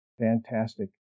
Fantastic